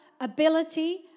ability